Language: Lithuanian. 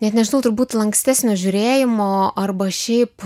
net nežinau turbūt lankstesnio žiūrėjimo arba šiaip